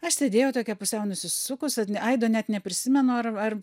aš sėdėjau tokia pusiau nusisukus aido net neprisimenu ar ar